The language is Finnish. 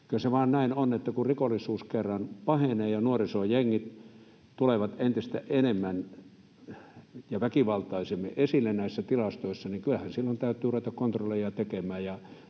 Kyllä se vain näin on, että kun rikollisuus kerran pahenee ja nuoriso ja jengit tulevat entistä enemmän ja väkivaltaisemmin esille näissä tilastoissa, niin kyllähän silloin täytyy ruveta kontrolleja tekemään